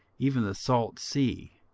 even the salt sea,